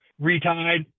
Retied